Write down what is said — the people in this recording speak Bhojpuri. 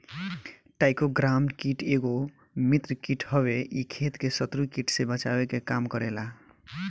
टाईक्रोग्रामा कीट एगो मित्र कीट हवे इ खेत के शत्रु कीट से बचावे के काम करेला